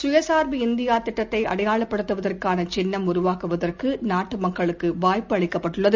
சுய சார்பு இந்தியாதிட்டத்தைஅடையாளப்படுத்துவதற்கானசின்னம் உருவாக்குவதற்குநாட்டுமக்களுக்குவாய்ப்பு அளிக்கப்பட்டுள்ளது